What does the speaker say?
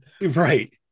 Right